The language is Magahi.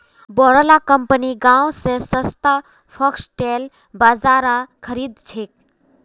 बोरो ला कंपनि गांव स सस्तात फॉक्सटेल बाजरा खरीद छेक